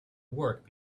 work